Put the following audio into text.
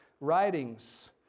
writings